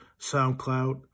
SoundCloud